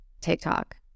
TikTok